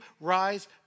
rise